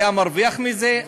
היה מרוויח מזה,